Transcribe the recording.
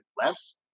less